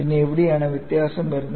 പിന്നെ എവിടെയാണ് വ്യത്യാസം വരുന്നത്